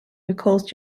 recalls